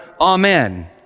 Amen